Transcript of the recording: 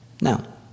Now